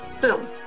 boom